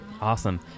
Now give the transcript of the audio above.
Awesome